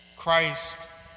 Christ